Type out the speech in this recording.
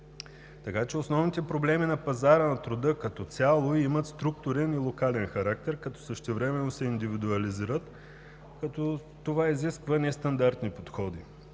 Така че основните проблеми на пазара на труда като цяло имат структурен и локален характер, като същевременно се индивидуализират, като това изисква нестандартни подходи.